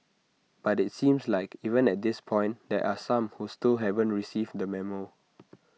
but IT seems like even at this point there are some who still haven't received the memo